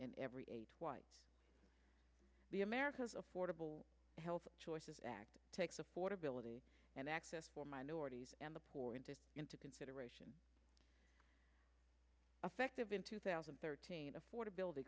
in every eight be america's affordable health choices act takes affordability and access for minorities and the poor entered into consideration affective in two thousand and thirteen affordability